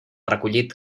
recollit